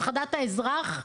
הפחדת האזרח.